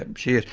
and she is.